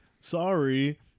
sorry